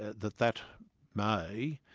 that that that may,